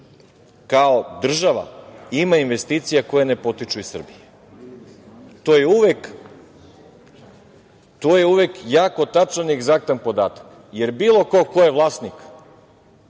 kao država ima investicija koje ne potiču iz Srbije. To je uvek jako tačan i egzaktan podatak, jer bilo ko ko je vlasnik